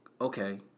Okay